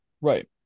right